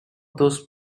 those